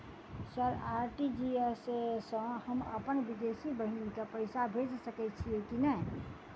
Sir RTGS सँ हम अप्पन विदेशी बहिन केँ पैसा भेजि सकै छियै की नै?